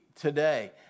Today